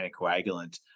anticoagulant